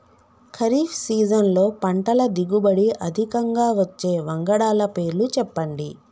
ఖరీఫ్ సీజన్లో పంటల దిగుబడి అధికంగా వచ్చే వంగడాల పేర్లు చెప్పండి?